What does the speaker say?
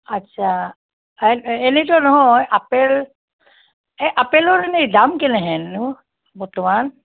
আচ্ছা এনেতো নহয় আপেল এই আপেলৰ এনেই দাম কেনেহেন নো বৰ্তমান